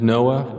Noah